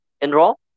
enroll